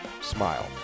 smile